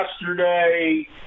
Yesterday